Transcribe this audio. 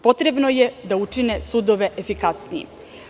Potrebno je da učine sudove efikasnijim.